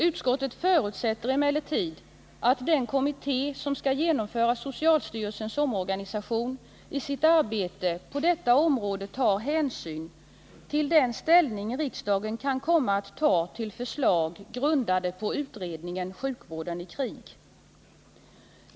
Utskottet förutsätter emellertid att den kommitté som skall genomföra socialstyrelsens omorganisation i sitt arbete på detta område tar hänsyn till den ställning riksdagen kan komma att ta till förslag grundade på utredningen om sjukvården i krig.